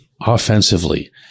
offensively